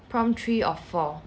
prompt three of four